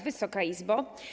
Wysoka Izbo!